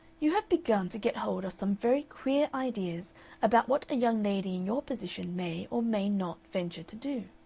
you have begun to get hold of some very queer ideas about what a young lady in your position may or may not venture to do.